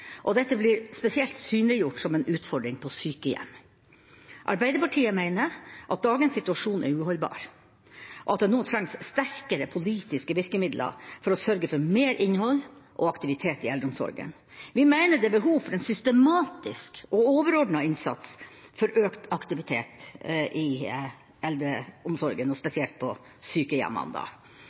og dette blir spesielt synliggjort som en utfordring på sykehjem. Arbeiderpartiet mener at dagens situasjon er uholdbar, og at det nå trengs sterkere politiske virkemidler for å sørge for mer innhold og aktivitet i eldreomsorgen. Vi mener det er behov for en systematisk og overordnet innsats for økt aktivitet i eldreomsorgen, og spesielt på